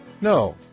No